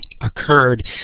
occurred